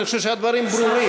אני חושב שהדברים ברורים.